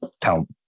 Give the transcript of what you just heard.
tell